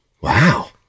Wow